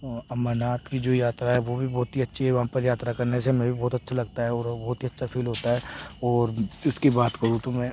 अमरनाथ की जो यात्रा है वह भी बहुत ही वहाँ पर यात्रा करने से हमें भी बहुत अच्छा लगता है और बहुत ही अच्छा फ़ील होता है और इसकी बात करूँ तो मैं